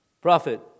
prophet